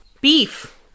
beef